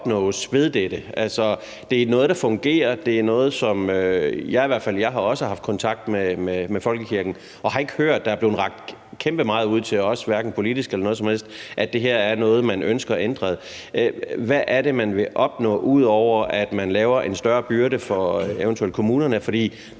skal opnås ved dette. Altså, det er noget, der fungerer. Jeg har også haft kontakt med folkekirken, og jeg har ikke hørt, at der er blevet rakt særlig meget ud til os, hverken politisk eller på nogen som helst anden måde, om, at det her er noget, man ønsker ændret. Hvad er det, man vil opnå, ud over at man eventuelt pålægger kommunerne